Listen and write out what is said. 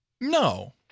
No